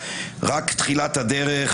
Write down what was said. רק תחילת הדרך,